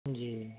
ਜੀ